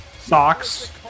socks